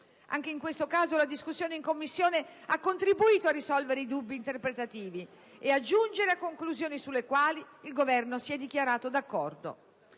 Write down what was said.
Anche in questo caso la discussione in Commissione ha contribuito a risolvere i dubbi interpretativi ed a giungere a conclusioni sulle quali il Governo si è dichiarato d'accordo.